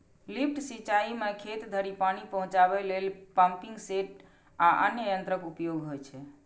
lift सिंचाइ मे खेत धरि पानि पहुंचाबै लेल पंपिंग सेट आ अन्य यंत्रक उपयोग होइ छै